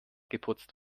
geputzt